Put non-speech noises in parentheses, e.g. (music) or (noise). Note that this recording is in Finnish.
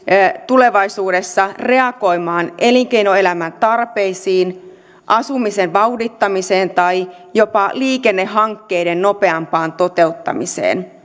tulevaisuudessa reagoimaan elinkeinoelämän tarpeisiin asumisen vauhdittamiseen tai jopa liikennehankkeiden nopeampaan toteuttamiseen (unintelligible)